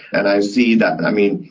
and i see that, and i mean,